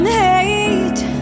hate